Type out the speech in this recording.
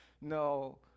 No